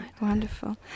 Wonderful